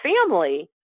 family